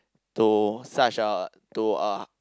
to such a to a